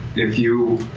if you